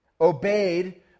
obeyed